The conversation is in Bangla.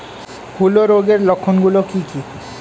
হূলো রোগের লক্ষণ গুলো কি কি?